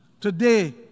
today